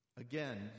again